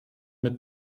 mit